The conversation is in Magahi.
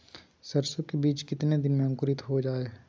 सरसो के बीज कितने दिन में अंकुरीत हो जा हाय?